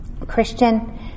Christian